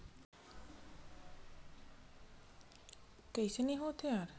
personal loan के लेवब म मनखे ह कोनो भी जघा खरचा कर सकत हे कोनो भी जिनिस के काम के आवब म